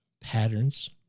patterns